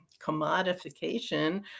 commodification